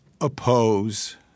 oppose